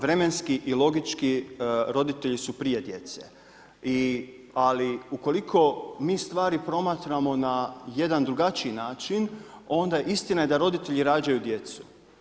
Vremenski i logički roditelji su prije djece, ali ukoliko mi stvari promatramo na jedan drugačiji način, onda istina je da roditelji rađaju djecu.